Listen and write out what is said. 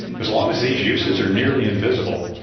as long as these uses are nearly invisible,